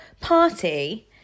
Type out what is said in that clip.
party